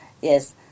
Yes